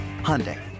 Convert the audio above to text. Hyundai